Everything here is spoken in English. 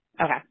Okay